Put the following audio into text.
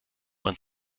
man